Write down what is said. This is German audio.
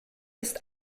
ist